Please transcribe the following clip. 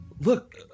Look